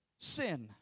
sin